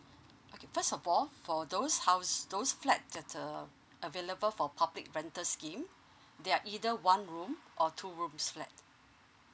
okay first of all for those house those flat at uh available for public rental scheme they are either one room or two rooms flat